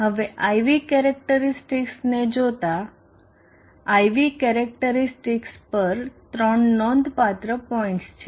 હવે I V કેરેક્ટરીસ્ટિકસને જોતા I V કેરેક્ટરીસ્ટિકસ પર ત્રણ નોંધપાત્ર પોઈન્ટ્સ છે